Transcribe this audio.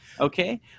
Okay